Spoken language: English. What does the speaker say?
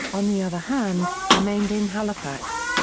on the other hand, remained in halifax.